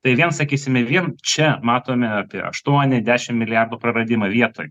tai vėl sakysime vien čia matome apie aštuoni dešim milijardų praradimą vietoj